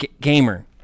Gamer